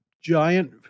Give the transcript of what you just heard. giant